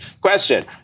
Question